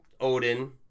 Odin